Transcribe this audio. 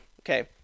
Okay